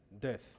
death